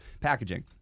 packaging